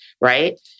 right